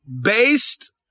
Based